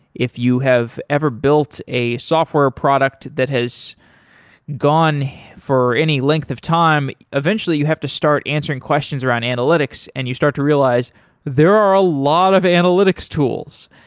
if you have ever built a software product that has gone for any length of time, eventually you have to start answering questions around analytics and you start to realize there are a lot of analytics tools.